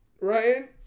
Ryan